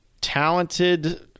talented